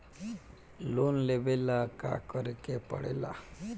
Loan लेबे ला का करे के पड़े ला?